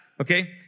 Okay